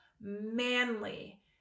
manly